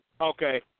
Okay